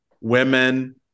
women